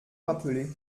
rappeler